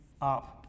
up